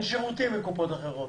לקופות אחרות